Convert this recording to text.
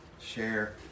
share